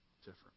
different